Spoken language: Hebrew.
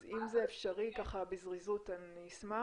אז אם זה אפשרי בזריזות אני אשמח,